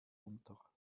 unter